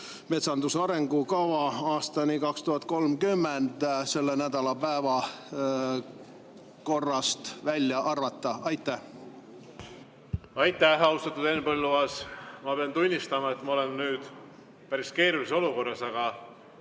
metsanduse arengukava aastani 2030, selle nädala päevakorrast välja arvata. Aitäh, austatud Henn Põlluaas! Ma pean tunnistama, et ma olen nüüd päris keerulises olukorras.